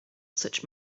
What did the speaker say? such